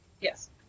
yes